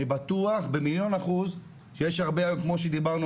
אני בטוח שיש הרבה אפשרויות להביא את זה